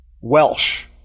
Welsh